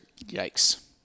Yikes